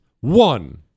One